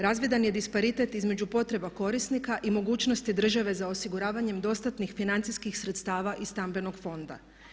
Razvidan je disparitet između potreba korisnika i mogućnosti države za osiguravanjem dostatnih financijskih sredstva iz stambenog fonda.